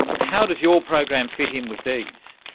how does your program fit in with these?